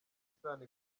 isano